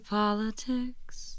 politics